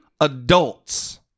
adults